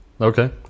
Okay